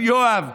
על יואב,